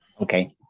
Okay